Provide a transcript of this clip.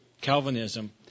Calvinism